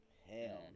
Hell